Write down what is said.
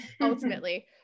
ultimately